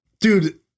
dude